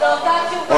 זו אותה תשובה.